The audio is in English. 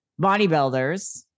bodybuilders